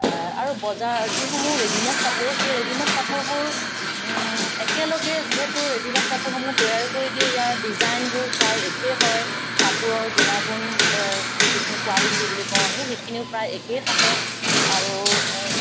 আৰু বজাৰ যিসমূহ ৰেডিমে'ড কাপোৰ সেই ৰেডিমে'ড কাপোৰবোৰ একেলগে যিহেতু ৰেডিমে'ড কাপোৰসমূহ তৈয়াৰ কৰি দিয়ে ইয়াৰ ডিজাইনবোৰ প্ৰায় একে হয় কাপোৰৰ গুণাগুণ যিখিনি কুৱালিটী বুলি কওঁ আমি সেইখিনিও প্ৰায় একেই থাকে আৰু